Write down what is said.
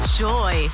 joy